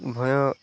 ଭୟ